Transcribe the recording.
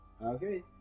Okay